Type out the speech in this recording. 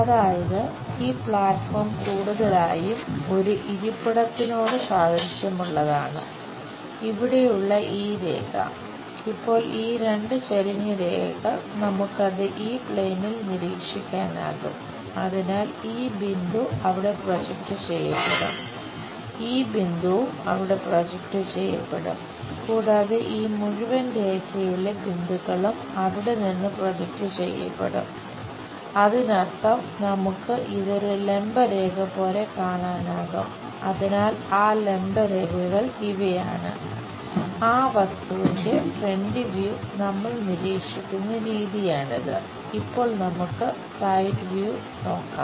അതായത് ഈ പ്ലാറ്റ്ഫോം നോക്കാം